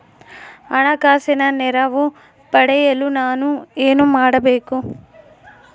ಹಣಕಾಸಿನ ನೆರವು ಪಡೆಯಲು ನಾನು ಏನು ಮಾಡಬೇಕು?